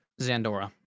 Zandora